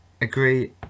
agree